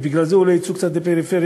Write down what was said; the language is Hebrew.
ובגלל זה אולי יצאו קצת לפריפריה,